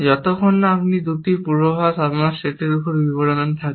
যতক্ষণ না এই দুটি পূর্বাভাস আমার স্টেটের বিবরণে থাকে